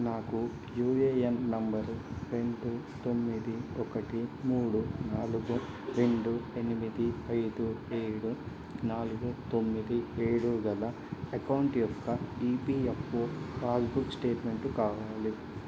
నాకు UAN number రెండు తొమ్మిది ఒకటి మూడు నాలుగు రెండు ఎనిమిది ఐదు ఏడు నాలుగు తొమ్మిది ఏడు గల అకౌంట్ యొక్క ఈపీఎఫ్ఓ పాసుబుక్ స్టేట్మెంటు కావాలి